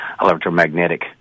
electromagnetic